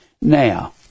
Now